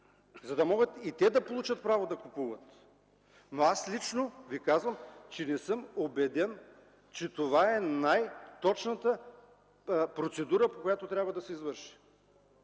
за да могат и те да получат право да купуват. Но аз ви казвам, че не съм убеден, че това е най-точната процедура, по която трябва да се извърши